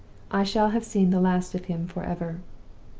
i shall have seen the last of him forever.